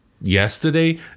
yesterday